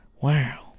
Wow